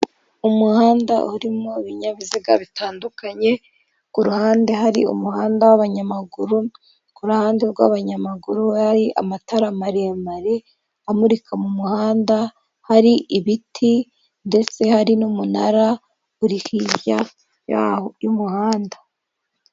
Umuhanda urimo ibinyabiziga bitandukanye, ku ruhande hari umuhanda w'abanyamaguru, ku ruhande rw'abanyamaguru hari amatara maremare, amurika mu muhanda, hari ibiti ndetse hari n'umunara uri hiya yaho y'umuhanda.